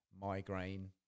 migraine